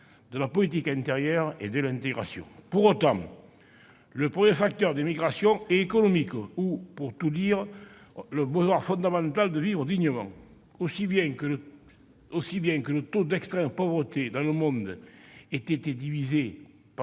de la politique intérieure et de l'intégration. Pour autant, le premier facteur des migrations est économique ou, pour le dire autrement, lié au besoin fondamental de vivre dignement. Ainsi, bien que le taux d'extrême pauvreté dans le monde ait été divisé